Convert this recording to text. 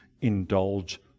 indulge